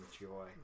enjoy